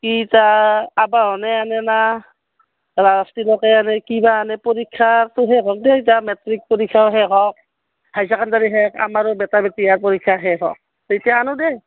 কি তাৰ আবাহনে আনে না ৰাজ তিলকে আনে কি বা আনে পৰীক্ষাটো শেষ হওক দে এতিয়া মেট্ৰিক পৰীক্ষাও শেষ হওক হায়াৰ ছেকেণ্ডোৰী শেষ আমাৰো বেটা বেটি হাল পৰীক্ষা শেষ হওক তেতিয়া আনো দেই